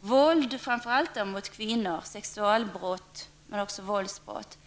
våldsbrott framför allt mot kvinnor, sexualbrott men också våldsbrott.